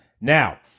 Now